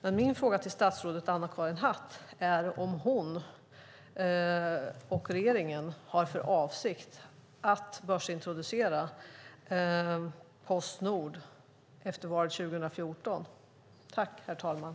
Min fråga till statsrådet Anna-Karin Hatt är om hon och regeringen har för avsikt att börsintroducera Post Nord efter valet 2014.